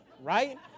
right